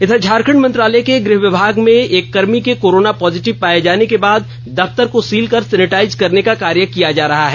इधर झारखंड मंत्रालय के गृह विभाग में एक कर्मी के कोरोना पॉजिटिव पाए जाने के बाद दफ्तर को सील कर सेनेटाईज करने कार्य किया जा रहा है